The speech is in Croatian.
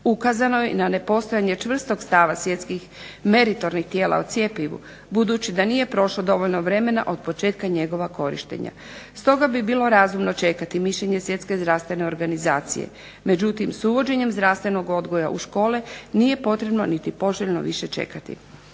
Ukazano je i na nepostojanje čvrstog stava svjetskih meritornih tijela o cjepivu budući da nije prošlo dovoljno vremena od početka njegova korištenja. Stoga bi bilo razumno čekat mišljenje Svjetske zdravstvene organizacije. Međutim, s uvođenjem zdravstvenog odgoja u škole nije potrebno niti poželjno više čekati.